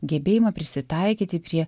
gebėjimą prisitaikyti prie